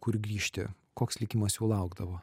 kur grįžti koks likimas jų laukdavo